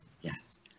Yes